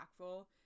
impactful